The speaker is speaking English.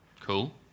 Cool